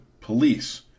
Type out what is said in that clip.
police